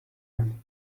you